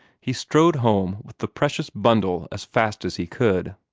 he strode home with the precious bundle as fast as he could.